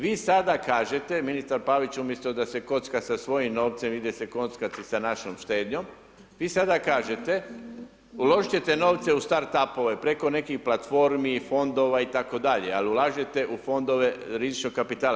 Vi sada kažete, ministar Pavić, umjesto da se kocka sa svojim novcem, ide se kockati sa našom štednjom, vi sada kažete uložiti ćete novce u startupove preko nekih platformi, fondova itd. ali ulažete u fondove rizičnog kapitala.